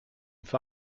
für